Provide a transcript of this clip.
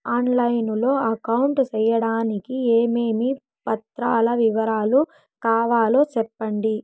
On line లో account సేయడానికి ఏమేమి పత్రాల వివరాలు కావాలో సెప్పండి?